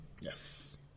Yes